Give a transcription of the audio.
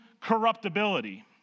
corruptibility